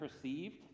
perceived